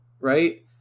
right